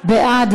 בעד.